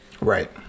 Right